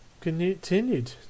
continued